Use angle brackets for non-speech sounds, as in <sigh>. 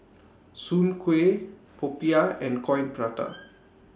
Soon Kuih Popiah and Coin Prata <noise>